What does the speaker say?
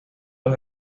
los